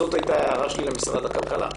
זאת הייתה ההערה שלי למשרד הכלכלה,